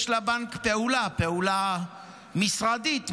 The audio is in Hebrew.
יש לבנק פעולה, פעולה משרדית מסוימת,